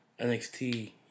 NXT